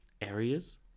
areas